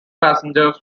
passengers